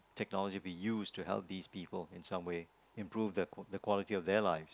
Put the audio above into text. technology be used to help these people in some way improve the quality of their lives